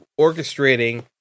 orchestrating